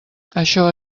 això